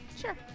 Sure